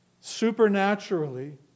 supernaturally